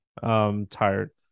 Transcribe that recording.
tired